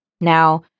Now